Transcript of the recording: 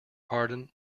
pardon